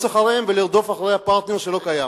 אחריהם ולרדוף אחרי הפרטנר שלא קיים.